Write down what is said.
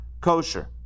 kosher